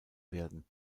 werden